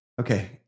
Okay